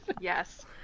Yes